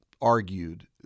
argued